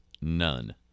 none